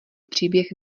příběh